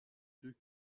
deux